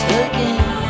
again